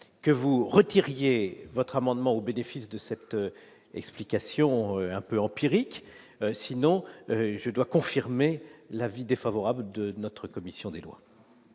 que vous retiriez votre amendement au bénéfice de cette explication un peu empirique, sinon, je dois confirmer l'avis défavorable de notre commission des lois.